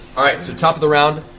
all right, so top of the round.